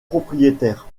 propriétaires